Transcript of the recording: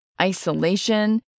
isolation